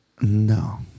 No